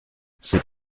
c’est